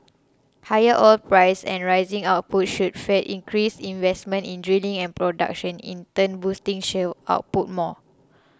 higher oil prices and rising output should feed increased investment in drilling and production in turn boosting shale output more